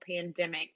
pandemic